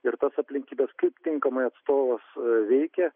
ir tas aplinkybes kaip tinkamai atstovas veikia